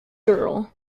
girl